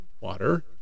water